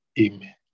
Amen